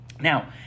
Now